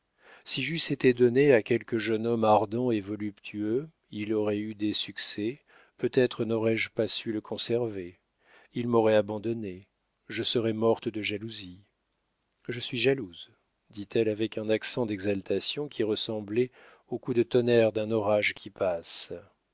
si j'eusse été donnée à quelque jeune homme ardent et voluptueux il aurait eu des succès peut-être n'aurais-je pas su le conserver il m'aurait abandonnée je serais morte de jalousie je suis jalouse dit-elle avec un accent d'exaltation qui ressemblait au coup de tonnerre d'un orage qui passe